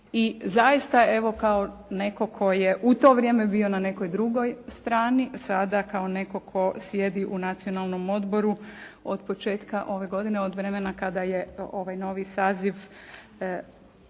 I zaista evo kao netko tko je u to vrijeme bio na nekoj drugoj strani sada kao netko tko sjedi u Nacionalnom odboru od početka ove godine, od vremena kada je ovaj novi saziv